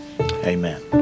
amen